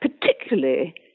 particularly